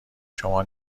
شما